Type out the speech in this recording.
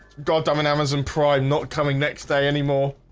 god i'm an amazon pride not coming next day anymore